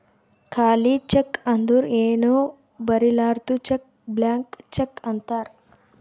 ಖಾಲಿ ಚೆಕ್ ಅಂದುರ್ ಏನೂ ಬರಿಲಾರ್ದು ಚೆಕ್ ಬ್ಲ್ಯಾಂಕ್ ಚೆಕ್ ಅಂತಾರ್